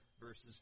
verses